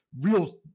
real